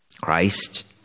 Christ